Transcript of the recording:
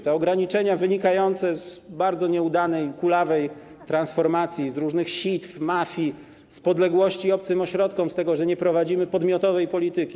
To ograniczenia wynikające z bardzo nieudanej, kulawej transformacji, z działania różnych sitw, mafii, z podległości obcym ośrodkom, z tego, że nie prowadzimy podmiotowej polityki.